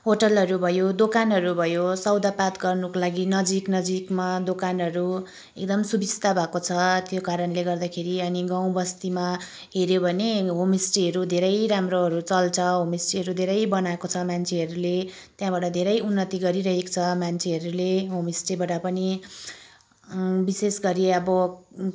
होटलहरू भयो दोकानहरू भयो सौदापात गर्नुको लागि नजिक नजिकमा दोकानहरू एकदम सुविस्ता भएको छ त्यो कारणले गर्दाखेरि अनि गाउँबस्तीमा हेऱ्यो भने होमस्टेहरू धेरै राम्रोहरू चल्छ होमस्टेहरू धेरै बनाएको छ मान्छेहरूले त्यहाँबाट धेरै उन्नति गरिरहेको छ मान्छेहरूले होमस्टेबाट पनि विशेष गरी अब